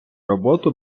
роботу